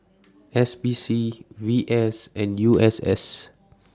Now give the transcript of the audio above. S P C V S and U S S